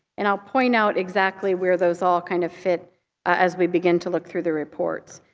and i'll point out exactly where those all kind of fit as we begin to look through the reports.